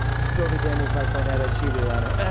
stormy daniels might find out i cheated on her.